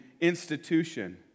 institution